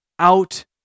out